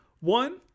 one